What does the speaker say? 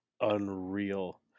unreal